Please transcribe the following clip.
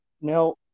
Now